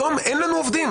היום אין לנו עובדים.